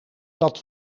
dat